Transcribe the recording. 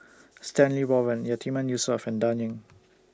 Stanley Warren Yatiman Yusof and Dan Ying